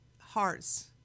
hearts